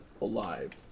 alive